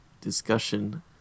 discussion